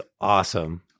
awesome